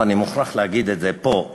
ואני מוכרח להגיד את זה פה,